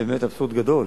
זה באמת אבסורד גדול.